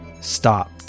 stopped